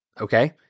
okay